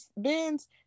bins